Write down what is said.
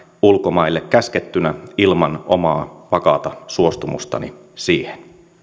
ulkomaille käskettynä ilman omaa vakaata suostumustani siihen